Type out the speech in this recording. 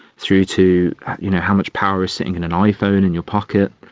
through to you know how much power is sitting in an iphone in your pocket.